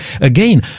again